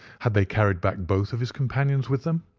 had they carried back both of his companions with them?